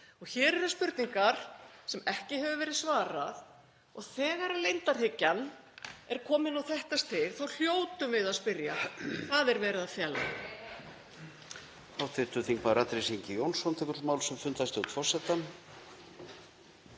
Hér eru spurningar sem ekki hefur verið svarað og þegar leyndarhyggjan er komin á þetta stig þá hljótum við að spyrja: Hvað er verið að fela?